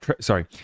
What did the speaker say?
sorry